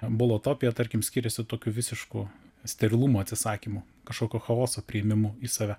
bolotopija tarkim skiriasi tokiu visišku sterilumo atsisakymu kažkokio chaoso priėmimu į save